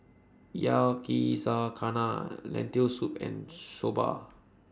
Yakizakana Lentil Soup and Soba